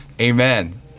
Amen